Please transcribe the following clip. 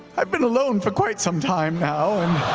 i've been alone for quite some time now, and